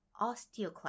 osteoclast